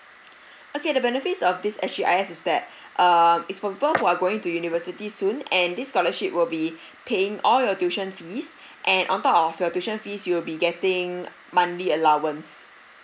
okay the benefits of this S_G_I_S is that uh is for people who are going to university soon and this scholarship will be paying all your tuition fees and on top of your tuition fees you'll be getting monthly allowance